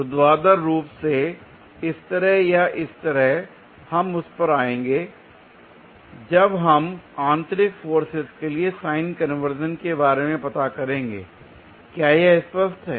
ऊर्ध्वाधर रूप से इस तरह या इस तरह हम उस पर आएंगे जब हम आंतरिक फोर्सेज के लिए साइन कन्वर्जन के बारे में बात करेंगे l क्या यह स्पष्ट है